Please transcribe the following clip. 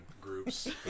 groups